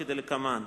כדלקמן: